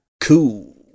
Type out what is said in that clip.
Cool